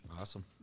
Awesome